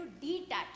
detach